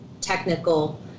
technical